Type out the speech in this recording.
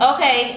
Okay